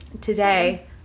today